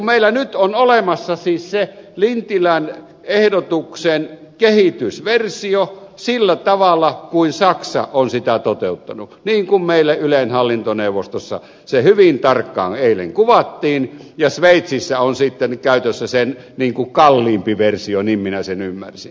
meillä on nyt olemassa se lintilän ehdotuksen kehitysversio sillä tavalla kuin saksa on sitä toteuttanut niin kuin meille ylen hallintoneuvostossa se hyvin tarkkaan eilen kuvattiin ja sveitsissä on käytössä sen kalliimpi versio niin minä sen ymmärsin